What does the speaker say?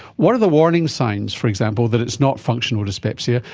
what are the warning signs, for example, that it's not functional dyspepsia,